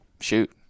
shoot